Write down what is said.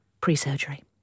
pre-surgery